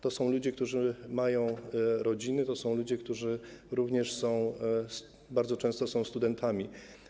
To są ludzie, którzy mają rodziny, to są ludzie, którzy również bardzo często są studentami.